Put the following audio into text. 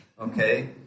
okay